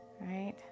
right